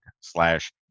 slash